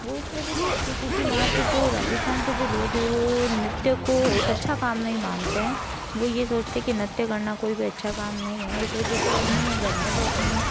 वो इस वजह से आती है क्योंकि यहाँ पे जो राजस्थान के जो लोग हैं वो नृत्य को एक अच्छा काम नहीं मानते हैं वो यह सोचते हैं कि नृत्य करना कोई भी अच्छा काम नहीं है इस वजह से वो अपनी घर में जो अपनी